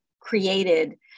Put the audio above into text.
created